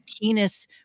penis